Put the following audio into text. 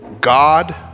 God